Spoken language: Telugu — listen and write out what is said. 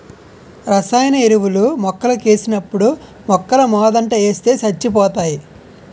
రసాయన ఎరువులు మొక్కలకేసినప్పుడు మొక్కలమోదంట ఏస్తే సచ్చిపోతాయి